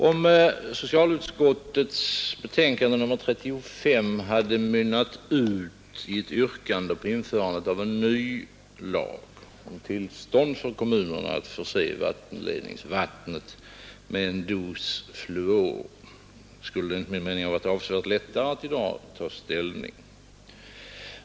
Om socialutskottets betänkande nr 35 hade mynnat ut i en hemställan om införande av en ny lag om tillstånd för kommunerna att förse vattenled ningsvattnet med en dos fluor skulle det enligt min mening i dag ha varit avsevärt lättare att ta ställning.